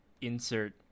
Insert